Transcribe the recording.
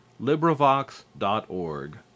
LibriVox.org